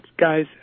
guys